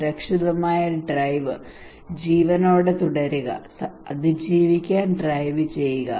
സുരക്ഷിതമായ ഡ്രൈവ് ജീവനോടെ തുടരുക അതിജീവിക്കാൻ ഡ്രൈവ് ചെയ്യുക